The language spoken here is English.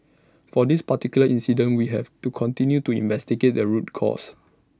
for this particular incident we have to continue to investigate the root causes